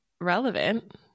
relevant